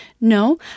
No